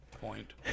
point